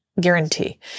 guarantee